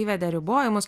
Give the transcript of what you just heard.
įvedė ribojimus